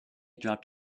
dropped